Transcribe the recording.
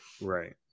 Right